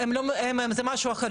הם, זה משהו אחר.